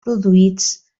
produïts